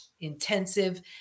intensive